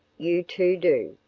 you to do.